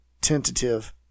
tentative